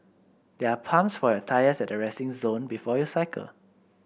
there are pumps for your tyres at the resting zone before you cycle